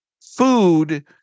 food